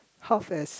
half as